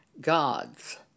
gods